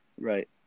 Right